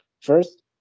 first